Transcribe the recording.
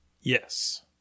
Yes